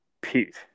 pete